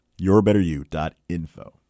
yourbetteryou.info